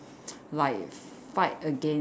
like fight against